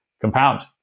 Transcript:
compound